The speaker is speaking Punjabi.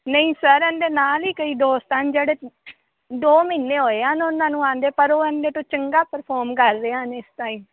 ਨਹੀਂ ਸਰ ਇਹਦੇ ਨਾਲ ਹੀ ਕਈ ਦੋਸਤ ਹਨ ਜਿਹੜੇ ਦੋ ਮਹੀਨੇ ਹੋਏ ਆ ਉਨ੍ਹਾਂ ਨੂੰ ਆਉਂਦੇ ਹੋਏ ਪਰ ਉਹ ਇਹਦੇ ਤੋਂ ਚੰਗਾ ਪ੍ਰਫੋਮ ਕਰ ਰਹੇ ਹਨ ਇਸ ਟਾਈਮ